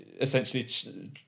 essentially